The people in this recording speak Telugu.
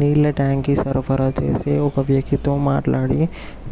నీళ్ల ట్యాంక్కి సరఫరా చేసే ఒక వ్యకితో మాట్లాడి